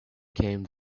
came